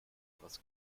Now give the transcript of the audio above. was